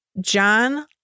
John